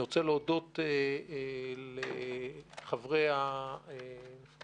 אני רוצה להודות לחברי הארגונים,